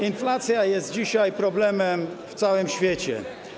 Inflacja jest dzisiaj problemem na całym świecie.